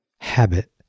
habit